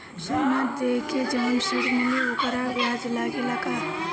सोना देके जवन ऋण मिली वोकर ब्याज लगेला का?